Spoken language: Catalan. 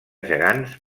gegants